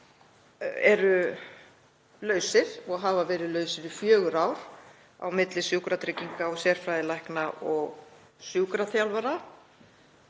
eru lausir, og hafa verið lausir í fjögur ár, á milli sjúkratrygginga og sérfræðilækna og sjúkraþjálfara